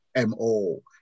MO